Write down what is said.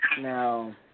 Now –